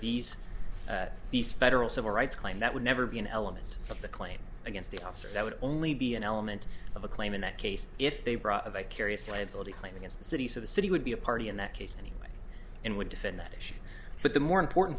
these these federal civil rights claim that would never be an element of the claim against the officer that would only be an element of a claim in that case if they brought a vicarious liability claim against the city so the city would be a party in that case anyway and would defend that issue but the more important